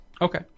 okay